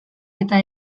eta